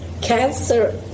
cancer